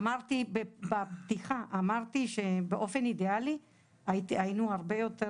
אמרתי בפתיחה שבאופן אידיאלי היינו הרבה יותר